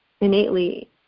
innately